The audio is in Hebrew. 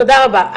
תודה רבה.